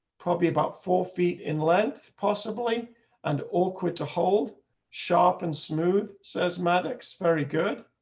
probably about four feet in length, possibly and all quitter hold sharp and smooth says maddox. very good.